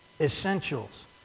essentials